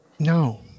No